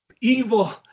evil